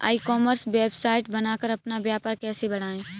ई commerce website बनाकर अपना व्यापार कैसे बढ़ाएँ?